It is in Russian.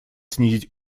снизить